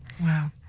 Wow